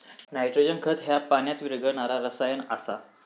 nitrogen खत ह्या पाण्यात विरघळणारा रसायन आसा